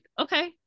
okay